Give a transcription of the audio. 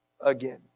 again